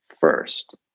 first